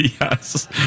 Yes